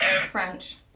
French